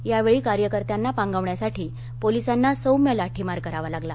या वेळी कार्यकर्त्यांना पांगवण्यासाठी पोलिसांना सौम्य लाठीमार करावा लागला